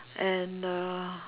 and uh